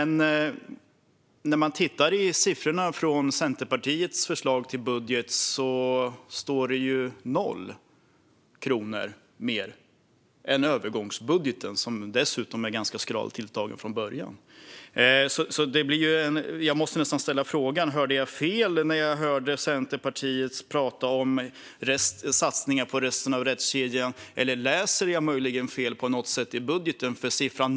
När man tittar på siffrorna i Centerpartiets förslag till budget ser man dock att det står noll kronor mer än i övergångsbudgeten, som dessutom är ganska skralt tilltagen från början. Jag måste ställa frågan: Hörde jag fel när jag hörde Centerpartiet tala om satsningar på resten av rättskedjan, eller läser jag möjligen fel i budgeten på något sätt?